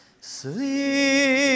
sleep